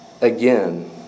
again